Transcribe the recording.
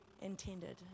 intended